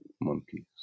monkeys